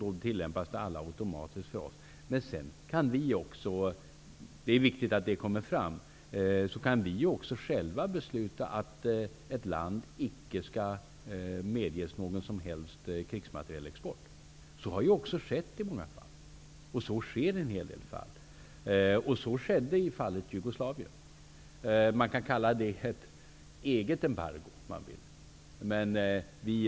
Det tillämpas automatiskt. Men det är viktigt att det också kommer fram att vi själva kan besluta att ett land inte skall medges att motta någon som helst krigsmaterielexport. Så har också skett i många fall, och så sker i en hel del fall. Så skedde t.ex. i fallet Jugoslavien. Man kan kalla detta ett ''eget embargo'' om man vill.